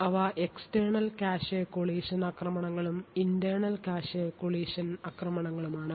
അവ external cache collision ആക്രമണങ്ങളും internal cache collision ആക്രമണങ്ങളുമാണ്